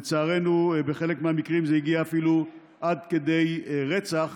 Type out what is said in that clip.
לצערנו בחלק מהמקרים זה הגיע אפילו עד כדי רצח